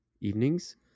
evenings